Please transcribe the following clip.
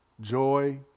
joy